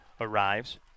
arrives